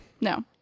No